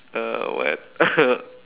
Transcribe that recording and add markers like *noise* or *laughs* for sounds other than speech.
uh what *laughs*